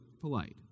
polite